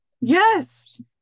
Yes